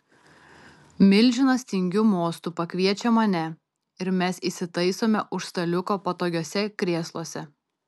milžinas tingiu mostu pakviečia mane ir mes įsitaisome už staliuko patogiuose krėsluose